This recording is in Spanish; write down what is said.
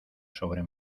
sobre